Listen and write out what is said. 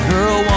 Girl